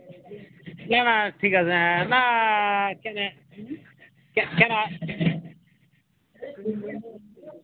না না ঠিক আছে হ্যাঁ না কেন